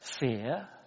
fear